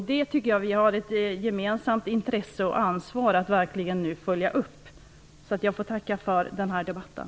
Vi har ett gemensamt intresse och ansvar att verkligen följa upp det. Jag vill tacka för debatten.